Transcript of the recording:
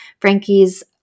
Frankie's